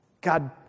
God